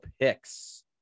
picks